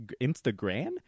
Instagram